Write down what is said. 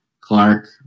Clark